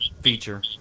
feature